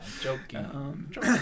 joking